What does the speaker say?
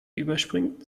überspringt